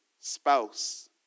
spouse